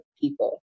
people